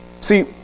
See